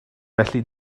felly